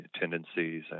tendencies